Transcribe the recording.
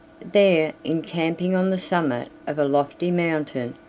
there, encamping on the summit of a lofty mountain,